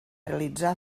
realitzar